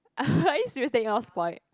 are you serious they all spoilt